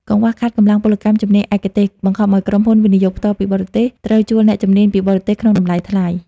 កង្វះខាតកម្លាំងពលកម្មជំនាញឯកទេស បង្ខំឱ្យក្រុមហ៊ុន វិនិយោគផ្ទាល់ពីបរទេស ត្រូវជួលអ្នកជំនាញពីបរទេសក្នុងតម្លៃថ្លៃ។